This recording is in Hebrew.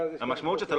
ההחלטה.